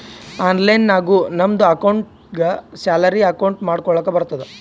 online ನಾಗು ನಮ್ದು ಅಕೌಂಟ್ಗ ಸ್ಯಾಲರಿ ಅಕೌಂಟ್ ಮಾಡ್ಕೊಳಕ್ ಬರ್ತುದ್